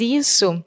isso